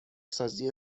سازی